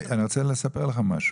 עידן, אני רוצה לספר לך משהו.